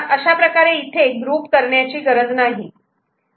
अशाप्रकारे इथे ग्रुप करण्याची गरज नाही